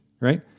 right